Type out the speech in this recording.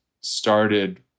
started